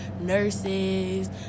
nurses